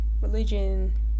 religion